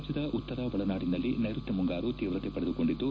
ರಾಜ್ದದ ಉತ್ತರ ಒಳನಾಡಿನಲ್ಲಿ ನೈರುತ್ತ ಮುಂಗಾರು ತೀವ್ರತೆ ಪಡೆದುಕೊಂಡಿದ್ದು